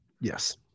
Yes